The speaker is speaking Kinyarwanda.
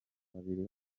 babiri